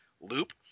loop